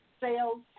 sales